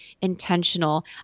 intentional